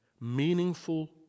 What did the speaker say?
meaningful